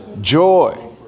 Joy